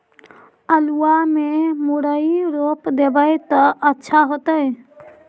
आलुआ में मुरई रोप देबई त अच्छा होतई?